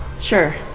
sure